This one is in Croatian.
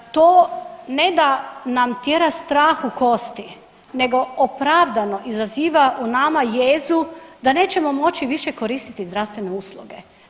To ne da nam tjera strah u kosti nego opravdano izaziva u nama jezu da nećemo moći više koristiti zdravstvene usluge.